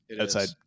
outside